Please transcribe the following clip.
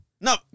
No